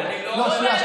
שנייה.